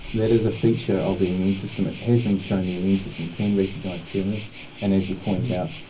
that is a feature of the immune system. it has been shown the immune system can recognise tumours and, as you point out,